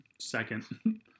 second